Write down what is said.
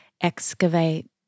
excavate